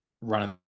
running